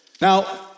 Now